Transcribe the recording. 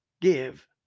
give